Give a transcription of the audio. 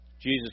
Jesus